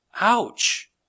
Ouch